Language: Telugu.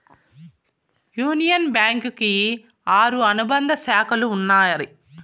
యూనియన్ బ్యాంకు కి ఆరు అనుబంధ శాఖలు ఉన్నాయి